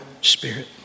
spirit